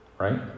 Right